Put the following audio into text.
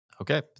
Okay